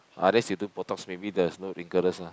unless you do botox maybe there's no wrinkles lah